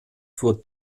für